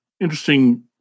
interesting